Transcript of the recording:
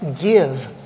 give